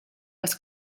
dass